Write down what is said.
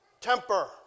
temper